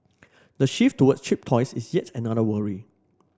the shift toward cheap toys is yet another worry